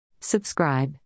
Subscribe